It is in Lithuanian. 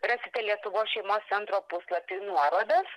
rasite lietuvos šeimos centro puslapy nuorodas